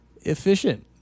efficient